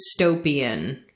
dystopian